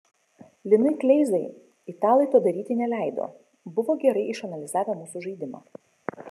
linui kleizai italai to daryti neleido buvo gerai išanalizavę mūsų žaidimą